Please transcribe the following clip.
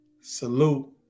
Salute